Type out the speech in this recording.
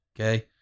Okay